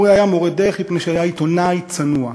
אורי היה מורה דרך מפני שהיה עיתונאי צנוע,